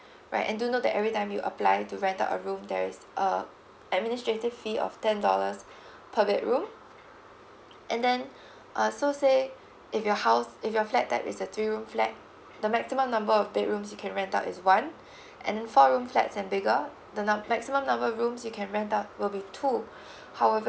right and do note that every time you apply to rent out a room there is uh administrative fee of ten dollars per bedroom and then uh so say if your house if your flat type is a three room flat the maximum number of bedrooms you can rent out is one and four room flats and bigger the num~ maximum number of rooms you can rent out will be two however